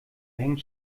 hängt